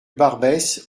barbès